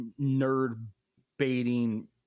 nerd-baiting